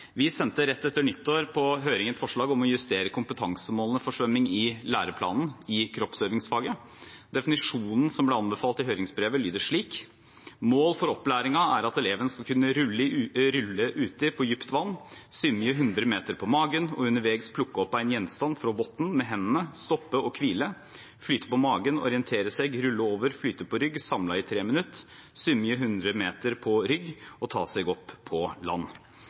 Vi sendte rett etter nyttår på høring et forslag om å justere kompetansemålene for svømming i læreplanen i kroppsøvingsfaget. Definisjonen som ble anbefalt i høringsbrevet, lyder slik: «Mål for opplæringa er at eleven skal kunne rulle uti på djupt vatn, symje 100 meter på magen, og undervegs plukke opp ein gjenstand frå botnen med hendene, stoppe og kvile , symje 100 meter på rygg, og ta seg opp på land.»